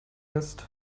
ist